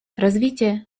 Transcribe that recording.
развитие